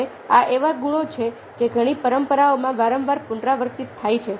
હવે આ એવા ગુણો છે જે ઘણી પરંપરાઓમાં વારંવાર પુનરાવર્તિત થાય છે